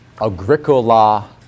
agricola